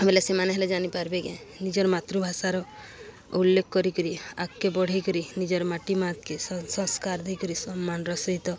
ବୋଇଲେ ସେମାନେ ହେଲେ ଜାଣିପାରବେ କେଁ ନିଜର ମାତୃଭାଷାର ଉଲ୍ଲେଖ କରିକରି ଆଗ୍କେ ବଢ଼େଇକରି ନିଜର ମାଟି ମାକେ ସଂସ୍କାର ଦେଇକରି ସମ୍ମାନର ସହିତ